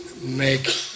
make